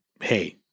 hey